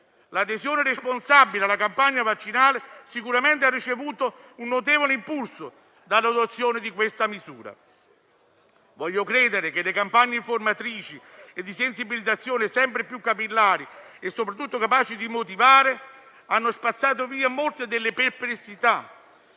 L'adesione responsabile alla campagna vaccinale sicuramente ha ricevuto un notevole impulso dall'adozione di questa misura. Voglio credere che le campagne informatrici e di sensibilizzazione, sempre più capillari e soprattutto capaci di motivare, abbiano spazzato via molte delle perplessità